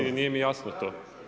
Nije mi jasno to.